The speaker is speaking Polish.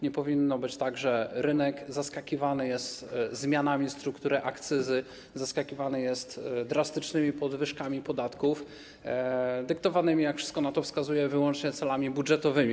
Nie powinno być tak, że rynek zaskakiwany jest zmianami struktury akcyzy, zaskakiwany jest drastycznymi podwyżkami podatków, dyktowanymi, jak wszystko na to wskazuje, wyłącznie celami budżetowymi.